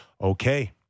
Okay